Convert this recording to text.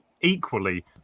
equally